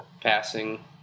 passing